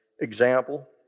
example